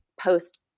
post